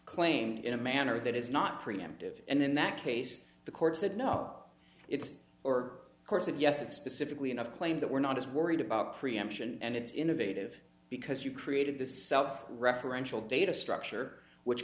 claim in a manner that is not preemptive and in that case the court said no it's or course that yes it's specifically enough claimed that we're not as worried about preemption and it's innovative because you created this self referential data structure which